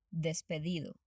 despedido